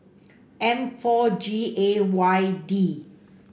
M four G A Y D